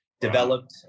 developed